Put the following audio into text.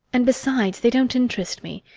and besides, they don't interest me.